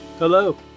Hello